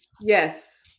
Yes